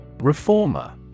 Reformer